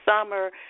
summer